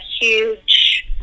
huge